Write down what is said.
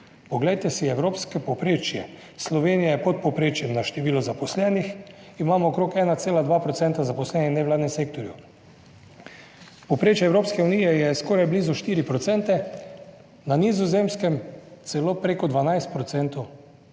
Poglejte si evropsko povprečje. Slovenija je pod povprečjem na število zaposlenih; imamo okrog 1,2 % zaposlenih v nevladnem sektorju, povprečje Evropske unije je skoraj blizu 4 %, na Nizozemskem celo preko 12